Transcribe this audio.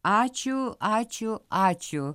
ačiū ačiū ačiū